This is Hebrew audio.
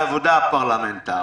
העבודה הפרלמנטרית,